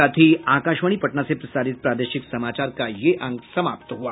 इसके साथ ही आकाशवाणी पटना से प्रसारित प्रादेशिक समाचार का ये अंक समाप्त हुआ